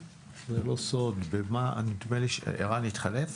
במע"מ, ערן התחלף?